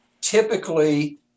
typically